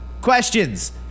questions